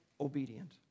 obedient